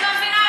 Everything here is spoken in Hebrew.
אנא שבי במקומך.